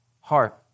heart